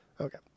Okay